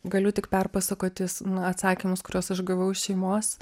galiu tik perpasakoti na atsakymus kuriuos aš gavau iš šeimos